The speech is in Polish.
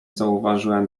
zauważyłem